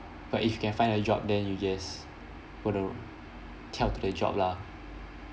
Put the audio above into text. but if you can find a job then you just gonna to the job lah